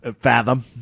fathom